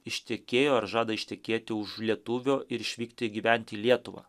ištekėjo ar žada ištekėti už lietuvio ir išvykti gyventi į lietuvą